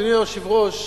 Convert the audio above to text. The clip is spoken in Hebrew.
אדוני היושב-ראש,